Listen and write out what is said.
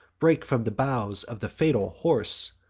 break from the bowels of the fatal horse.